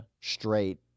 straight